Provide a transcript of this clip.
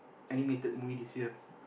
animated movie this year